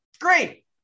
Great